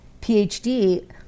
PhD